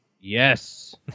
Yes